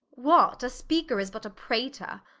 what? a speaker is but a prater,